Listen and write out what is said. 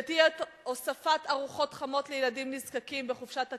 שתהיה הוספת ארוחות חמות לילדים נזקקים בחופשת הקיץ,